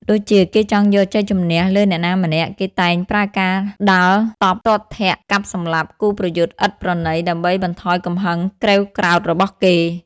ដូចជា គេចង់យកជ័យជម្នះលើអ្នកណាម្នាក់ គេតែប្រើការដាល់តប់ទាត់ធាក់ កាប់សម្លាប់គូប្រយុទ្ធឥតប្រណី ដើម្បីបន្ថយកំហឹងក្រេវក្រោធរបស់គេ ។